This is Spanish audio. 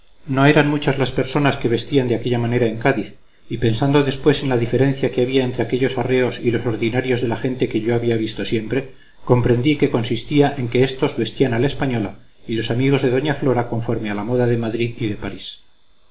no eran muchas las personas que vestían de aquella manera en cádiz y pensando después en la diferencia que había entre aquellos arreos y los ordinarios de la gente que yo había visto siempre comprendí que consistía en que éstos vestían a la española y los amigos de doña flora conforme a la moda de madrid y de parís